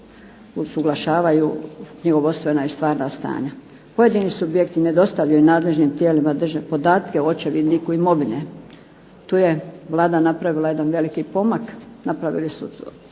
usuglašavaju knjigovodstvena i stvarna stanja. Pojedini subjekti ne dostavljaju nadležnim tijelima dužne podatke o očevidniku imovine. Tu je Vlada napravila jedan veliki pomak, napravili su